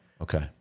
Okay